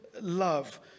love